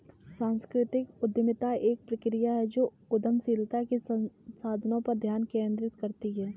सांस्कृतिक उद्यमिता एक प्रक्रिया है जो उद्यमशीलता के संसाधनों पर ध्यान केंद्रित करती है